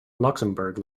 luxembourg